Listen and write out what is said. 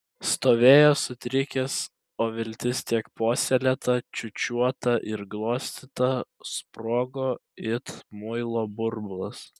stovėjo sutrikęs o viltis tiek puoselėta čiūčiuota ir glostyta sprogo it muilo burbulas